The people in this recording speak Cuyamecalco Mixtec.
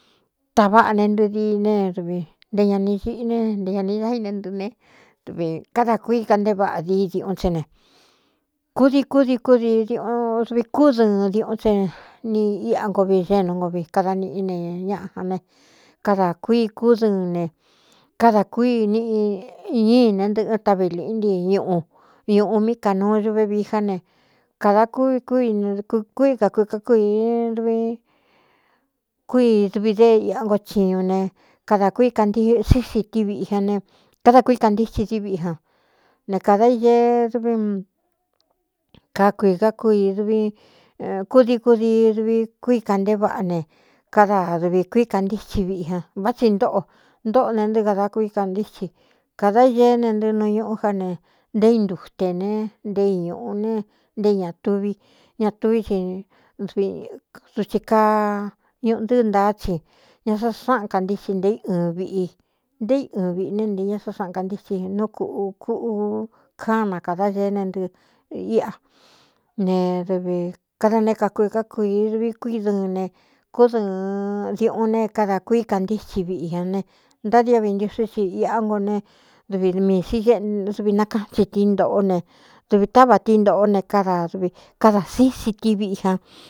Taváꞌā ne ntɨ dii ne dvi nté ña ni ñiꞌi ne nté ña ni daine nɨꞌɨ ne dvī kádā kui ka ntéé vaꞌa dií diuꞌun tsé ne kúdi kúdikúdii ꞌduvi kúdɨɨn diuꞌun tse ni íꞌa ngo viꞌ genu ngo vi kada niꞌí ne ñaꞌa jan ne kadā kui kúdɨɨn ne kádā kui níꞌi ñíi ne ntɨꞌɨꞌɨn taꞌvi līꞌí nti ñuꞌu ñūꞌu mí kānuuñuvevií já ne kadā k kúi kakui kkui duvi kúi duvi dée iꞌa ngo chiñu ne kadā kui síí si tí viꞌi ña ne káda kuí kantíti dií viꞌi jan ne kādā iee duví kakuī ká kui dkúdiku di duvi kúi ka ntéé vaꞌa ne káda duvī kui kantíthi viꞌi jan vá tsi ntōꞌo ntōꞌo ne ntɨɨ kada kuí kantítsi kādā ieé ne ntɨ nu ñuꞌu já ne nté intutēn ne nté iñūꞌu ne nté i ñā tuvi ñatuví si dutsi kaa ñuꞌu ntɨ́ɨ ntaá thi ña sa sáꞌan kantíti nté i ɨɨn viꞌi nté i ɨɨn viꞌi ne ntē ña sa sáꞌan kantíti nú ku kúuú kán na kāda ñeé ne ntɨɨɨ íꞌa ne dɨvi kada né kakui ká kuī duvi kúi dɨɨn ne kúdɨɨn diuꞌun ne káda kuí kantíthi viꞌi ña ne ntádia vi ntiusí tsi iꞌá ngo ne dv miī si duvi nakáꞌn thi tií ntōꞌó ne duvī távā ti ntōꞌó ne káda duvi kádā síí si tí viꞌi jan.